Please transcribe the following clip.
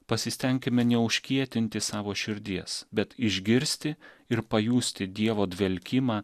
pasistenkime neužkietinti savo širdies bet išgirsti ir pajusti dievo dvelkimą